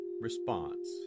response